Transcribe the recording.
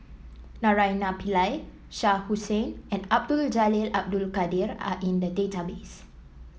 Naraina Pillai Shah Hussain and Abdul Jalil Abdul Kadir are in the database